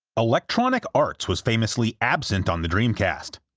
electronic arts was famously absent on the dreamcast.